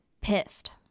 pissed